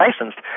licensed